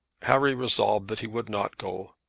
harry resolved that he would not go.